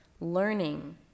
learning